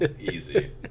Easy